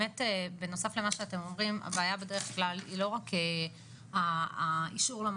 אני אבדוק, היו עדכונים בנושא הזה.